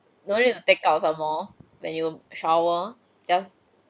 no need to take out some more when you shower just